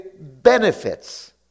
benefits